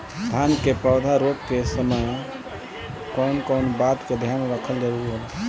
धान के पौधा रोप के समय कउन कउन बात के ध्यान रखल जरूरी होला?